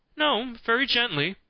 no, very gently.